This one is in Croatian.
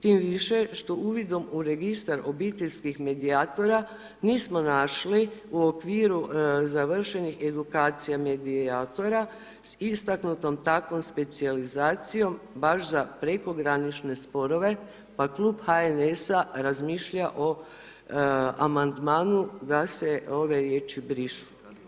Tim više što uvidom u registar obiteljskih medijatora, nismo našli u okviru završenih edukacijom medijatora, istaknutom takvom specijalizacijom baš za prekogranične sporove, pa Klub HNS-a razmišlja o amandmanu da se ove riječi brišu.